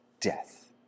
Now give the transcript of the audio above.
death